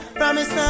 promise